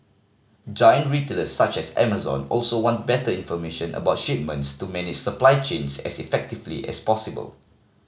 giant retailers such as Amazon also want better information about shipments to many supply chains as effectively as possible